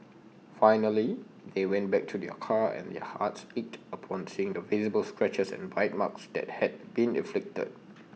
finally they went back to their car and their hearts ached upon seeing the visible scratches and bite marks that had been inflicted